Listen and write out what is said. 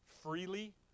Freely